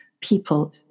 people